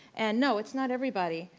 and no it's not everybody,